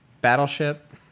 Battleship